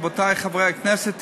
רבותי חברי הכנסת,